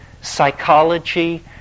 Psychology